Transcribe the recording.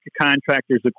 contractors